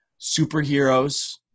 superheroes